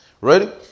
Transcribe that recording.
Ready